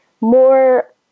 more